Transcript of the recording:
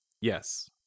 Yes